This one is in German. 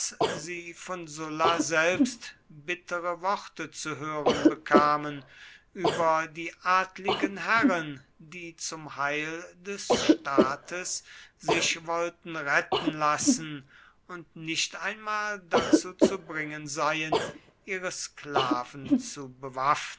sie von sulla selbst bittere worte zu hören bekamen über die adligen herren die zum heil des staates sich wollten retten lassen und nicht einmal dazu zu bringen seien ihre sklaven zu bewaffnen